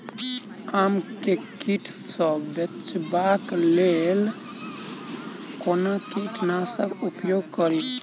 आम केँ कीट सऽ बचेबाक लेल कोना कीट नाशक उपयोग करि?